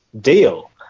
deal